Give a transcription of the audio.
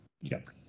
Yes